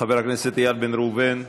חבר הכנסת איל בן ראובן,